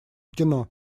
кино